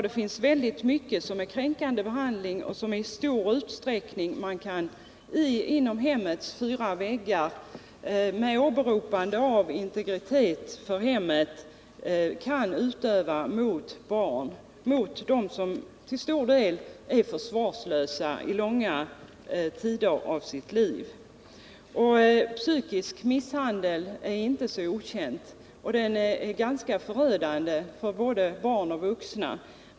Det är mycket som är kränkande behandling och som man med åberopande av hemmets integritet kan utöva inom hemmets fyra väggar mot barn, mot dem som är försvarslösa långa tider av sitt liv. Psykisk misshandel är inte heller okänd, och den är ganska förödande för både barn och vuxna.